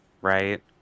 right